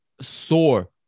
sore